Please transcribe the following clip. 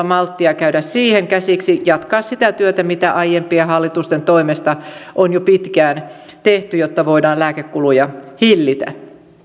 malttia käydä siihen käsiksi jatkaa sitä työtä mitä aiempien hallitusten toimesta on jo pitkään tehty jotta voidaan lääkekuluja hillitä